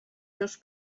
seus